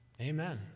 Amen